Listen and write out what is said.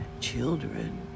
children